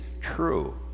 true